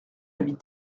avis